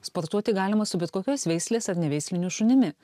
sportuoti galima su bet kokios veislės ar neveislinių šunimi